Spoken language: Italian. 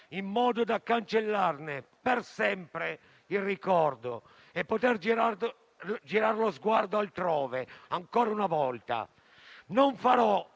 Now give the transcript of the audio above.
in modo da cancellarne per sempre il ricordo e poter girare lo sguardo altrove ancora una volta. Signor